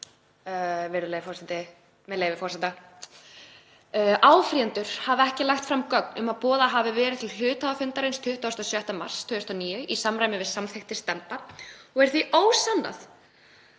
„Áfrýjendur hafa ekki lagt fram gögn um að boðað hafi verið til hluthafafundarins 26. mars 2009 í samræmi við samþykktir stefnda og er því ósannað